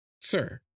Sir